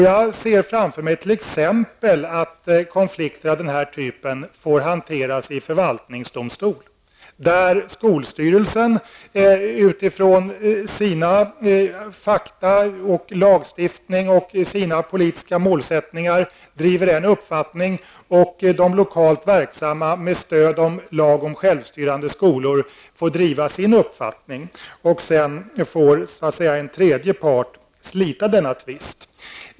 Jag ser framför mig att konflikter av den här typen får hanteras av t.ex. förvaltningsdomstol, där skolstyrelsen med sina politiska målsättningar och med stöd av lagstiftning driver sin uppfattning och där de lokalt verksamma med stöd av lagen om självstyrande skolor hävdar sin mening. Därefter får en tredje part slita tvisten.